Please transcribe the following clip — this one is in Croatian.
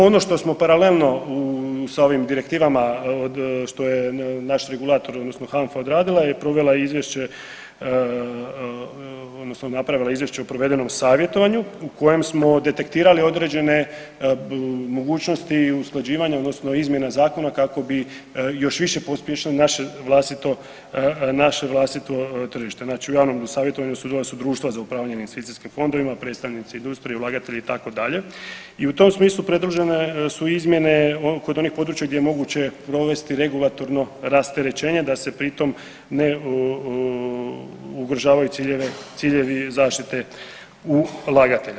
Ono što smo paralelno sa ovim direktivama što je naš regulator odnosno HANFA odradila je provela izvješće odnosno napravila izvješće o provedenom savjetovanju u kojem smo detektirali određene mogućnosti usklađivanja odnosno izmjena zakona kako bi još više pospješili naše vlastito tržište, znači u javnom savjetovanju sudjelovala su društva za upravljanje investicijskim fondovima, predstavnici industrije, ulagatelji itd. i u tom smislu pridružene su izmjene kod onih područja gdje je moguće provesti regulatorno rasterećenje da se pri tom ne ugrožavaju ciljevi zaštite ulagatelja.